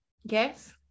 yes